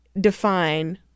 define